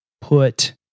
put